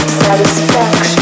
satisfaction